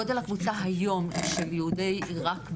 גודל הקבוצה היום, הוא של יהודי עירק בלבד,